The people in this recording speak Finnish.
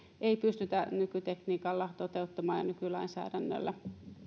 ei pystytä nykytekniikalla ja nykylainsäädännöllä